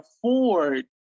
afford